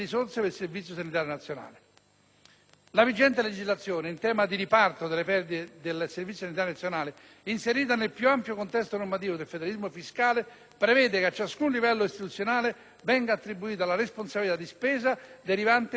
La vigente legislazione, in tema di riparto delle perdite del Servizio sanitario nazionale, inserita nel più ampio contesto normativo del federalismo fiscale, prevede che a ciascun livello istituzionale venga attribuita la responsabilità di spesa derivante dalle rispettive potestà decisionali.